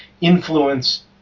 influence